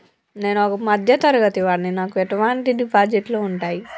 నేను మధ్య తరగతి వాడిని నాకు ఎటువంటి డిపాజిట్లు ఉంటయ్?